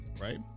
right